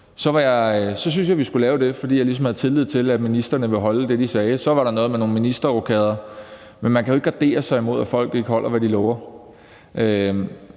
så syntes jeg, vi skulle lave det, fordi jeg ligesom havde tillid til, at ministrene ville holde det, de lovede. Så var der noget med nogle ministerrokader, men man kan jo ikke gardere sig imod, at folk ikke holder, hvad de lover.